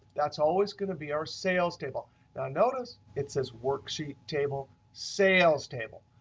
that's always going to be our sales table. now notice it says worksheet table, sales table.